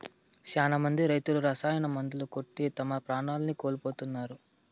శ్యానా మంది రైతులు రసాయన మందులు కొట్టి తమ ప్రాణాల్ని కోల్పోతున్నారు